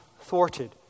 thwarted